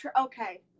Okay